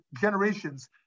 generations